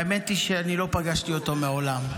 האמת היא שלא פגשתי אותו מעולם,